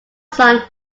son